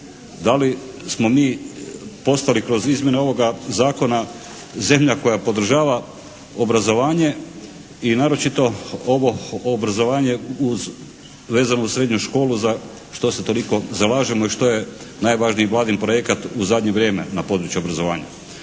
da li smo postali kroz izmjene ovoga zakona zemlja koja podržava obrazovanje i naročito ovo obrazovanje vezano uz srednju školu što se toliko zalažemo i što je najvažniji Vladin projekat u zadnje vrijeme na području obrazovanja.